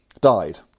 died